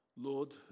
Lord